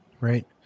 Right